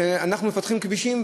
אנחנו מפתחים כבישים,